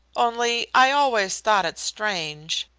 only i always thought it strange.